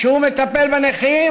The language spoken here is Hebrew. כשהוא מטפל בנכים,